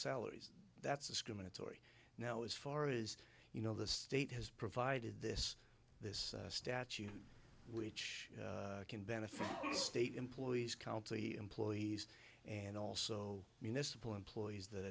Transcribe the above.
salaries that's discriminatory now as far as you know the state has provided this this statute which can benefit state employees county employees and also municipal employees that